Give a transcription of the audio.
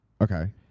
Okay